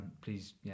Please